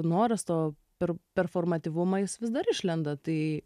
noras to per performatyvumo jis vis dar išlenda tai